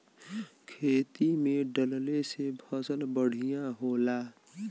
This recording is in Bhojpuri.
खेती में डलले से फसल बढ़िया होला